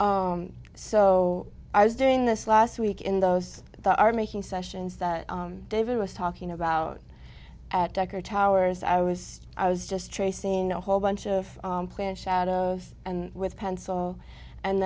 so i was doing this last week in those that are making sessions that david was talking about at decker towers i was i was just tracing a whole bunch of shadows and with pencil and